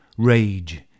Rage